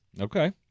Okay